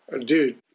Dude